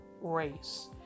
race